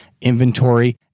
inventory